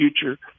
future